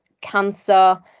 cancer